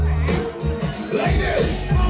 Ladies